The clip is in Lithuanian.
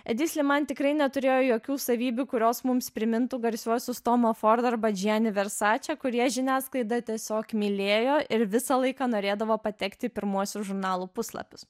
edi sliman tikrai neturėjo jokių savybių kurios mums primintų garsiuosius tomą fordą arba džiani versače kurie žiniasklaidą tiesiog mylėjo ir visą laiką norėdavo patekti į pirmuosius žurnalų puslapius